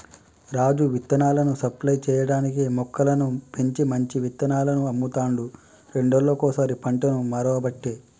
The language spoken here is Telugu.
రాజు విత్తనాలను సప్లై చేయటానికీ మొక్కలను పెంచి మంచి విత్తనాలను అమ్ముతాండు రెండేళ్లకోసారి పంటను మార్వబట్టే